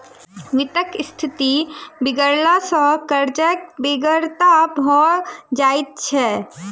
वित्तक स्थिति बिगड़ला सॅ कर्जक बेगरता भ जाइत छै